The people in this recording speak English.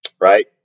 right